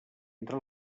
entre